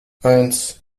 eins